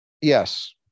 yes